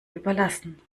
überlassen